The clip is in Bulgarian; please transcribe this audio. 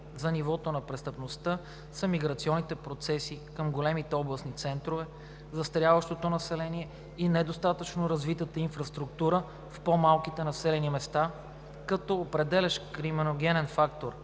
за нивото на престъпността са миграционните процеси към големите областни центрове, застаряващото население и недостатъчно развитата инфраструктура в по-малките населени места, като определящ криминогенен фактор